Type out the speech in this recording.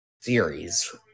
series